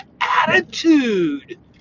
attitude